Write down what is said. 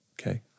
Okay